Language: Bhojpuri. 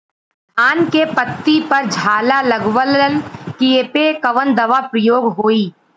धान के पत्ती पर झाला लगववलन कियेपे कवन दवा प्रयोग होई?